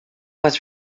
was